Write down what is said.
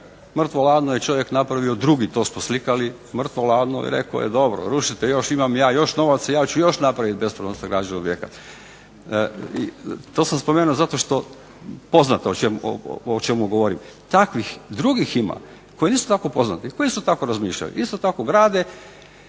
mrtvo hladno je čovjek napravio drugi, to smo slikali. Mrtvo hladno, i rekao je dobro rušite još, imam ja još novaca i ja ću još napraviti bespravno sagrađen objekat. To sam spomenuo zato što poznato je o čemu govorim. Takvih drugih ima koji su isto tako poznati, koji isto tako razmišljaju, isto tako grade